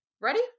ready